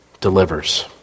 delivers